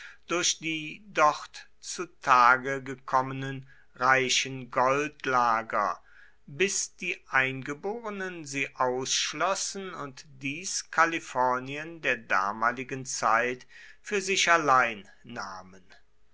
durch die dort zu tage gekommenen reichen goldlager bis die eingeborenen sie ausschlossen und dies kalifornien der damaligen zeit für sich allein nahmen